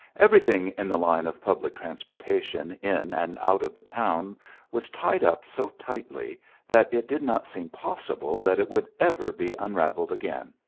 everything in the line of public transportation in and out of the town was tied up so tightly that it did not seem possible that it would ever be unraveled again.